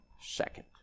second